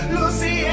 Lucy